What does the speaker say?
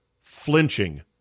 flinching